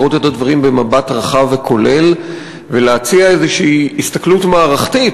לראות את הדברים במבט רחב וכולל ולהציע איזו הסתכלות מערכתית,